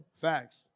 Facts